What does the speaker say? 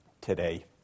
today